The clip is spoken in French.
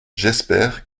j’espère